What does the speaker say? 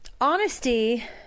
honesty